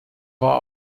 war